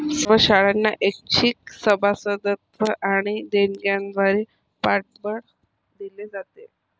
सर्व शाळांना ऐच्छिक सभासदत्व आणि देणग्यांद्वारे पाठबळ दिले जाते